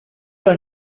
los